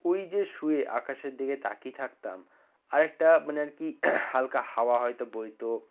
ওই যে শুয়ে আকাশের দিকে তাকিয়ে থাকতাম আর একটা মানে আর কি হালকা হাওয়া হয়তো বইতো